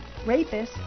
rapists